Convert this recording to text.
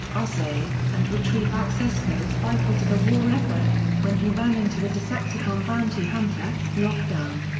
arcee, and retrieve access codes vital to the war effort, when he ran into a decepticon bounty hunter, lockdown.